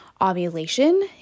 Ovulation